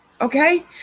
okay